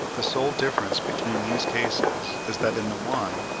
the sole difference between these cases is that in the one,